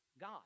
God